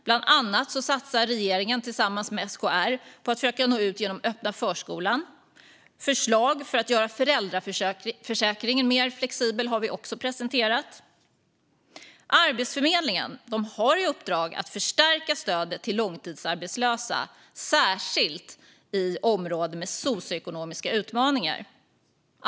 Bland annat satsar regeringen tillsammans med SKR på att försöka nå ut genom den öppna förskolan. Förslag för att göra föräldraförsäkringen mer flexibel har vi också presenterat. Arbetsförmedlingen har i uppdrag att förstärka stödet till långtidsarbetslösa, särskilt i områden med socioekonomiska utmaningar.